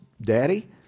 Daddy